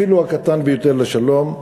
אפילו הקטן ביותר לשלום,